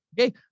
Okay